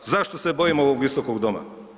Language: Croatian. Zašto se bojimo ovog visokog doma?